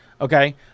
Okay